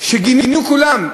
שכולם גינו את הרצח.